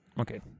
Okay